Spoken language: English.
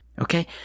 okay